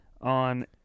on